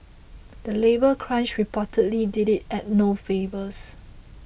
the labour crunch reportedly did it no favours